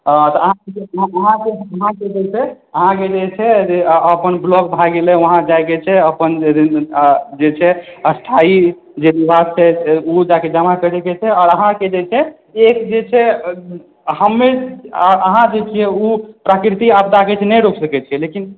हँ अहाँकेँ जे अहाँकेँ जे छै अपन ब्लॉक भए गेलै वहाँ जायके छै अपन जे छै स्थायी जे विवाद छै ओ दएके जमा करयके छै आओर अहाँकेँ जे छै खेत जे छै हमे अहाँ जे छै ओ प्राकृतिक आपदाकेँ तऽ नइ रोकि सकैत छियै लेकिन